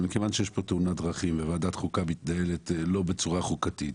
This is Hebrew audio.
אבל מכיוון שיש כאן תאונת דרכים וועדת חוקה מתנהלת לא בצורה חוקתית,